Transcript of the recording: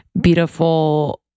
beautiful